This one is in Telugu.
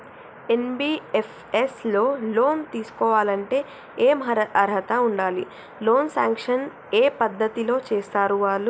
ఎన్.బి.ఎఫ్.ఎస్ లో లోన్ తీస్కోవాలంటే ఏం అర్హత ఉండాలి? లోన్ సాంక్షన్ ఏ పద్ధతి లో చేస్తరు వాళ్లు?